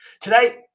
Today